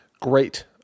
Great